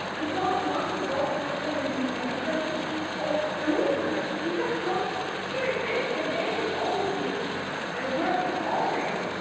we don't want to go into imagination of a movement. you just want here it is, your gaze is already ah working on it.